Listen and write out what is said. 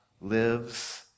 lives